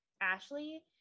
Ashley